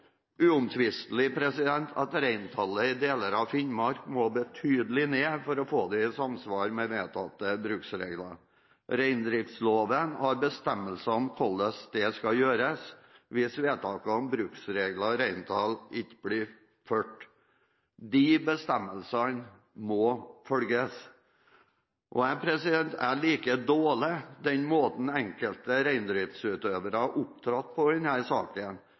at reintallene i deler av Finnmark må betydelig ned for å få dem i samsvar med vedtatte bruksregler. Reindriftsloven har bestemmelser om hvordan det skal gjøres hvis vedtakene om bruksregler og reintall ikke blir fulgt. De bestemmelsene må følges, og jeg liker dårlig den måten enkelte reindriftsutøvere har opptrådt på